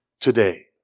today